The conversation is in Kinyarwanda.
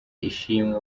ishimwe